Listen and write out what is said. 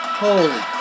holy